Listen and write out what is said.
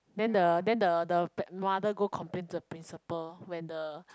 then the then the the mother go complain to the principle when the